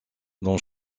dans